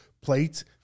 plate